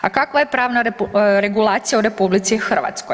A kakva je pravna regulacija u RH?